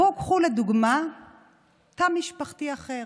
קחו לדוגמה תא משפחתי אחר,